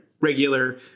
regular